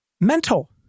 mental